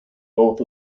north